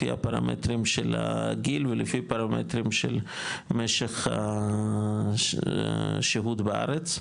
לפי הפרמטרים של הגיל ולפי פרמטרים של משך השהות בארץ,